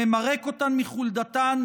ממרק אותן מחלודתן,